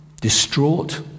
distraught